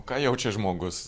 ką jaučia žmogus